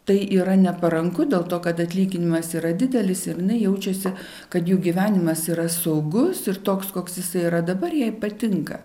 tai yra neparanku dėl to kad atlyginimas yra didelis ir jinai jaučiasi kad jų gyvenimas yra saugus ir toks koks jis yra dabar jai patinka